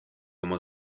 oma